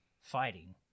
fighting